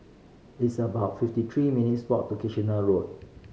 it's about fifty three minutes' walk to Kitchener Road